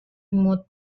imut